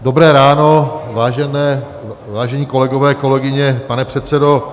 Dobré ráno, vážení kolegové, kolegyně, pane předsedo.